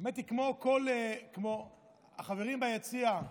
האמת היא, החברים ביציע,